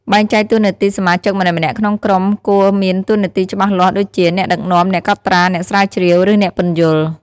បែងចែកតួនាទីសមាជិកម្នាក់ៗក្នុងក្រុមគួរមានតួនាទីច្បាស់លាស់ ដូចជា អ្នកដឹកនាំ អ្នកកត់ត្រា អ្នកស្រាវជ្រាវ ឬអ្នកពន្យល់។